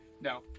No